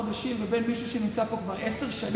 הבדל בין תינוק בן כמה חודשים לבין מישהו שנמצא פה כבר עשר שנים?